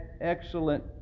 excellent